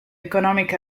economic